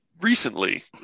Recently